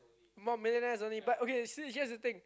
more millionaires only but okay here's the thing